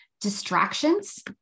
distractions